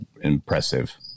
impressive